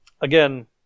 Again